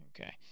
Okay